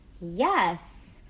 yes